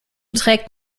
trägt